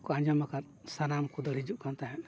ᱠᱚ ᱟᱸᱡᱚᱢ ᱟᱠᱟᱫ ᱥᱟᱱᱟᱢ ᱠᱚ ᱫᱟᱹᱲ ᱦᱤᱡᱩᱜ ᱠᱟᱱ ᱛᱟᱦᱮᱸᱜ